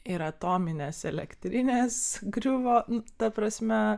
ir atominės elektrinės griuvo ta prasme